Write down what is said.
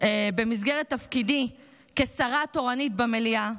במסגרת תפקידי כשרה תורנית במליאה,